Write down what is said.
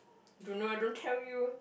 don't know I don't tell you